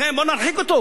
לכן בואו נרחיק אותו.